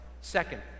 Second